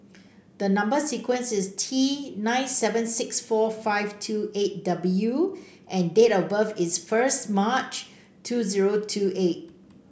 number sequence is T nine seven six four five two eight W and date of birth is first March two zero two eight